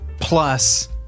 plus